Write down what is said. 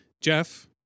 Jeff